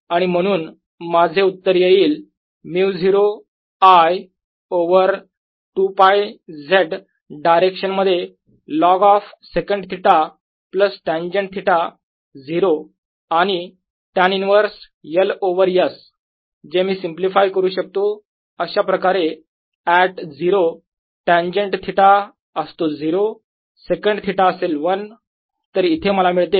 आणि म्हणून माझे उत्तर येईल μ0 I ओवर 2 π Z डायरेक्शन मध्ये log of secant theta plus tangent theta 0 आणि tan inverse L over S जे मी सिम्प्लिफाय करू शकतो अशाप्रकारे ऍट 0 टेन्जेन्ट थिटा असतो 0 सेकन्ट थिटा असेल 1 तर इथे मला मिळते 0